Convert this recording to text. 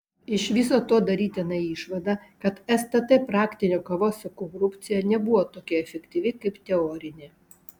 iš viso to darytina išvada kad stt praktinė kova su korupcija nebuvo tokia efektyvi kaip teorinė